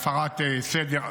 כי זה על הפרת סדר,